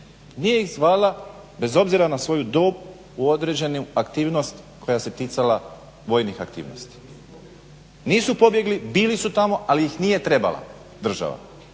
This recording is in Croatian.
nije iz zvala bez obzira na svoju dob u određenu aktivnost koja se ticala vojnih aktivnosti. Nisu pobjegli, bili su tamo, ali ih nije trebala država